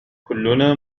كلنا